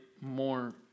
more